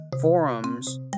forums